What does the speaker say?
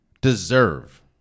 deserve